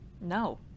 No